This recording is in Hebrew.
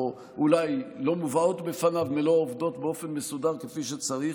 או אולי לא מובאות בפניו מלוא העובדות באופן מסודר כפי שצריך,